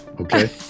Okay